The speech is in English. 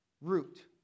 root